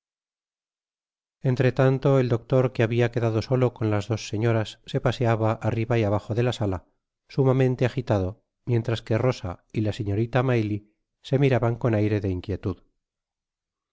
tanto el doctor que habia quedado solo con las dos señoras se paseaba arriba y abajo de la sala sumamente agitado mientras que rosa y la señora maylie se miraban con aire de inquietud